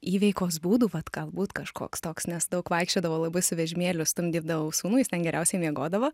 įveikos būdų vat galbūt kažkoks toks nes daug vaikščiodavau labai su vežimėliu stumdydavau sūnų jis ten geriausiai miegodavo